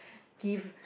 give